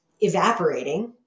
evaporating